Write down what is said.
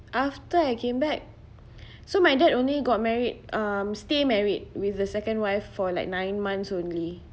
after I came back so my dad only got married um stay married with the second wife for like nine months only